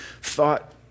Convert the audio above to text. thought